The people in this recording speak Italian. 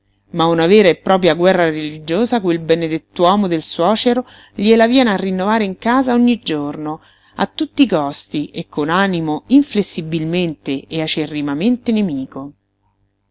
ma una vera e propria guerra religiosa quel benedett'uomo del suocero gliela viene a rinnovare in casa ogni giorno a tutti i costi e con animo inflessibilmente e acerrimamente nemico